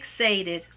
fixated